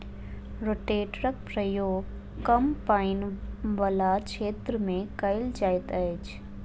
रोटेटरक प्रयोग कम पाइन बला क्षेत्र मे कयल जाइत अछि